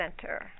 center